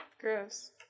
Gross